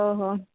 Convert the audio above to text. हो हो